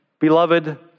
beloved